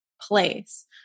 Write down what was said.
place